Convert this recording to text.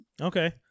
Okay